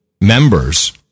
members